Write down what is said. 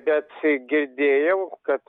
bet girdėjau kad